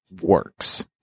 works